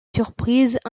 surprises